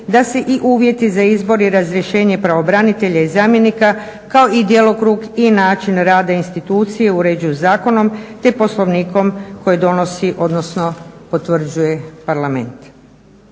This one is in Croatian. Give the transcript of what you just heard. da se i uvjeti za izbor i razrješenje pravobranitelja i zamjenika, kao i djelokrug i način rada institucije uređuju zakonom te Poslovnikom koji donosi, odnosno potvrđuje Parlament.